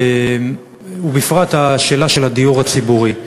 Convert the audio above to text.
ובפרט השאלה של הדיור הציבורי,